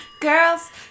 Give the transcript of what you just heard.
Girls